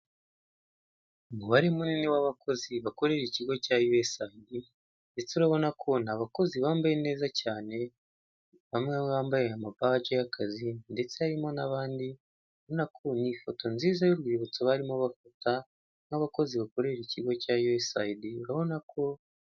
Umubare munini w'abakozi bakorera ikigo cya " USAID", ndetse urabona ko ni abakozi bambaye neza cyane. Bamwe bambaye ama "BADGE" y'akazi, ndetse harimo n'abandi uranaku ni ifoto nziza y'urwibutso barimo bafata nk'abakozi bakorera ikigo cya " USAID".